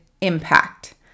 impact